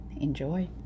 Enjoy